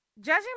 judging